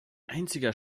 einziger